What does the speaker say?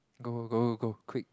go go go go go quick